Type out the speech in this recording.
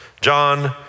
John